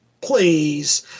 Please